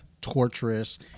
torturous